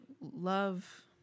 love